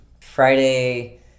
Friday